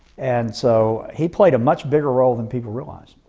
and so he played a much bigger role than people realize.